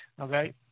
okay